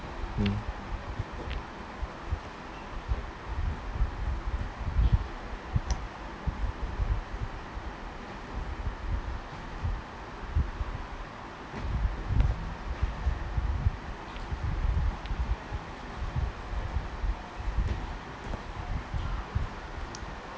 mm